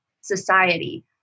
society